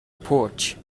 porch